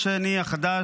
יכול להיות שאני החדש,